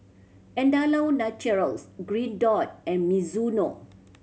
Andalou Naturals Green Dot and Mizuno